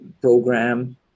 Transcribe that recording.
program